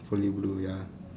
fully blue ya